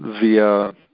via